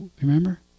Remember